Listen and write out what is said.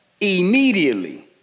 immediately